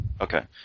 Okay